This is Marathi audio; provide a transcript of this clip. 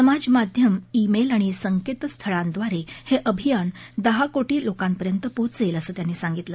समाजमाध्यम ई मेल आणि संकेतस्थळांद्वारे हे अभियान दहा कोटी लोकांपर्यंत पोहोचेल असं त्यांनी सांगितलं